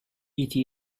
eta